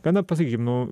gana pasakykim nu